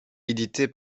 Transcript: édité